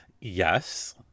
Yes